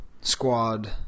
squad